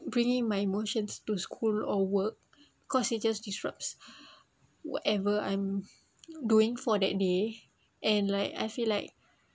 bringing my emotions to school or work cause it just disrupts whatever I'm doing for that day and like I feel like